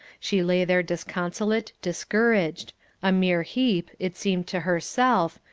she lay there disconsolate, discouraged a mere heap, it seemed to herself,